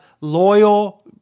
loyal